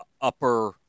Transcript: upper